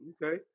Okay